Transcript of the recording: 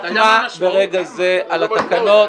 חתמה ברגע זה על התקנות.